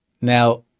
Now